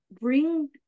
bring